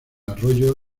arroyo